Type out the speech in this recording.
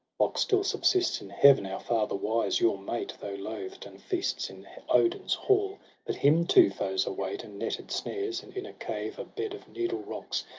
lok still subsists in heaven, our father wise. your mate, though loathed, and feasts in odin's hall but him too foes await, and netted snares. and in a cave a bed of needle-rocks,